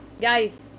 guys